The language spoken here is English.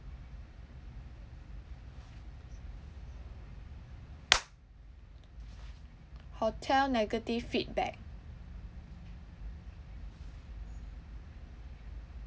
hotel negative feedback